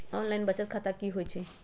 Online बचत खाता की होई छई?